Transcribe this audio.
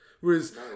Whereas